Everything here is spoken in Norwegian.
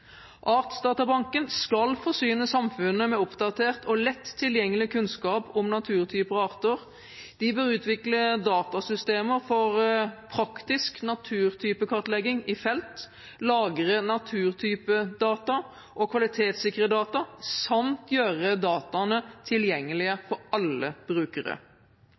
Artsdatabanken skal forsyne samfunnet med oppdatert og lett tilgjengelig kunnskap om naturtyper og arter. De bør utvikle datasystemer for praktisk naturtypekartlegging i felt, lagre naturtypedata og kvalitetssikre data samt gjøre dataene tilgjengelig for alle brukere.